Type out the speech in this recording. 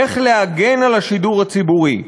איך להגן על השידור הציבורי.